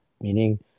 Meaning